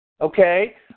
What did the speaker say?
okay